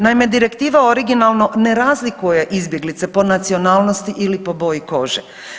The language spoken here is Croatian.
Naime, direktiva originalno ne razlikuje izbjeglice po nacionalnosti ili po boji kože.